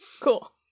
Cool